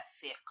thick